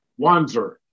Wanzer